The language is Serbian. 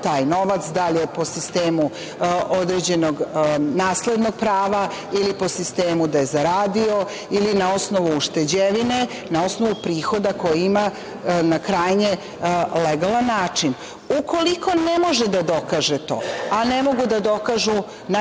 taj novac, da li je po sistemu određenog naslednog prava ili po sistemu da je zaradio, ili na osnovu ušteđevine, na osnovu prihoda na krajnje legalan način. Ukoliko ne može da dokaže to, a ne mogu da dokažu najčešće